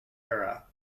era